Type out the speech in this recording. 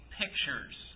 pictures